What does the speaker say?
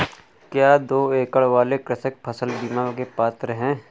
क्या दो एकड़ वाले कृषक फसल बीमा के पात्र हैं?